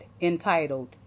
entitled